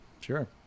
Sure